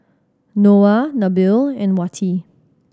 Noah Nabil and Wati